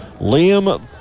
Liam